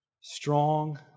Strong